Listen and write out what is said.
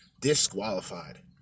Disqualified